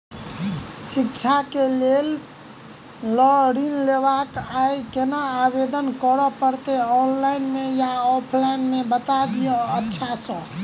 शिक्षा केँ लेल लऽ ऋण लेबाक अई केना आवेदन करै पड़तै ऑनलाइन मे या ऑफलाइन मे बता दिय अच्छा सऽ?